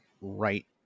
Right